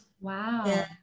Wow